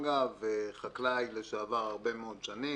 אגב, וחקלאי לשעבר הרבה מאוד שנים.